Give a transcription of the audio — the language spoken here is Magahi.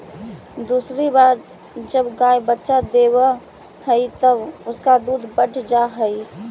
दूसरी बार जब गाय बच्चा देवअ हई तब उसका दूध बढ़ जा हई